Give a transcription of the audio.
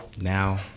now